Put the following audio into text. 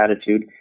attitude